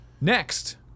Next